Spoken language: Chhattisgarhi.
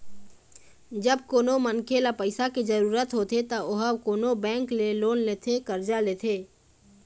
जब कोनो मनखे ल पइसा के जरुरत होथे त ओहा कोनो बेंक ले लोन लेथे करजा लेथे